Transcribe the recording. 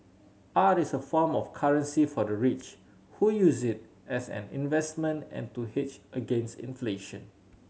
art is a form of currency for the rich who use it as an investment and to hedge against inflation